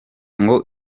ngo